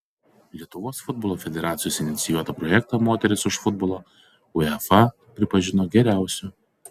lietuvos futbolo federacijos inicijuotą projektą moterys už futbolą uefa pripažino geriausiu